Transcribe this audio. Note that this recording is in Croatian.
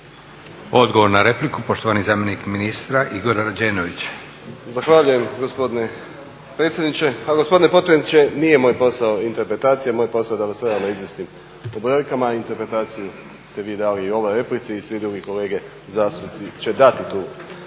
Odgovor na repliku, poštovani zamjenik ministra Igor Rađenović. **Rađenović, Igor (SDP)** Zahvaljujem gospodine predsjedniče. Ha gospodine potpredsjedniče, nije moj posao interpretacija. Moj posao je da vas realno izvijestim u brojkama, interpretaciju ste vi dali i u ovoj replici i svi drugi kolege zastupnici će dati tu svoju